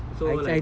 so like